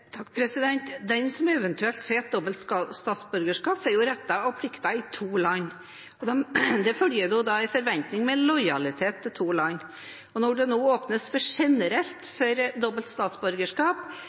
Den som eventuelt får et dobbelt statsborgerskap, får jo retter og plikter i to land. Det følger da en forventning om lojalitet til to land. Når det nå åpnes generelt for